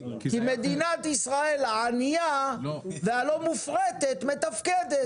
כי מגינת ישראל הענייה והלא מופרטת מתפקדת,